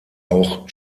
auch